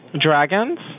dragons